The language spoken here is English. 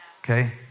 Okay